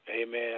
amen